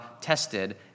tested